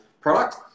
product